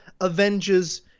Avengers